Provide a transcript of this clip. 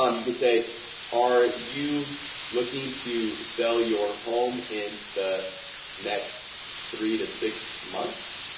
um you could say are you looking to sell your home in the next three to six months,